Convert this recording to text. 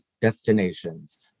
Destinations